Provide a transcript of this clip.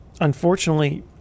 Unfortunately